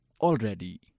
already